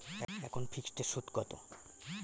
এখন ফিকসড এর সুদ কত?